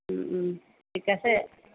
ঠিক আছে